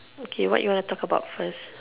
okay what you want to talk about first